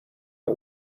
our